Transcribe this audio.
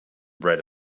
bread